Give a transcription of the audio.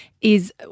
is-